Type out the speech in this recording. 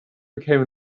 became